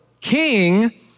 king